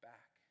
Back